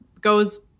goes